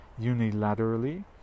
unilaterally